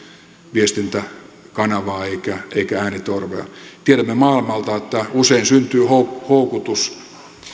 viestintäkanavaa eikä eikä äänitorvea tiedämme maailmalta että usein syntyy houkutus